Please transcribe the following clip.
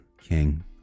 king